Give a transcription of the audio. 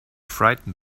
frightened